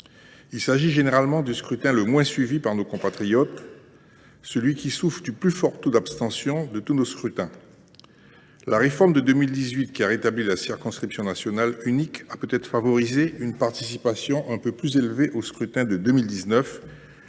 Il s’agit généralement du scrutin le moins suivi par nos compatriotes, celui qui souffre du plus fort taux d’abstention de tous nos scrutins. La réforme de 2018, qui a rétabli la circonscription nationale unique, a peut être favorisé une participation un peu plus élevée au scrutin de 2019,